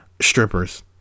strippers